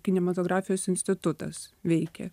kinematografijos institutas veikė